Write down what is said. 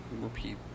repeat